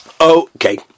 Okay